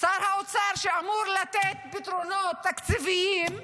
שר האוצר, שאמור לתת פתרונות תקציביים,